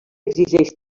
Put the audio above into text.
exigeix